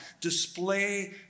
Display